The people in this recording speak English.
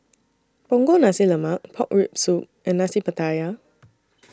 Punggol Nasi Lemak Pork Rib Soup and Nasi Pattaya